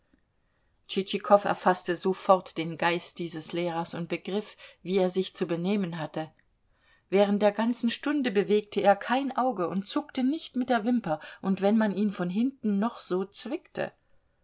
tschitschikow erfaßte sofort den geist dieses lehrers und begriff wie er sich zu benehmen hatte während der ganzen stunde bewegte er kein auge und zuckte nicht mit der wimper und wenn man ihn von hinten noch so zwickte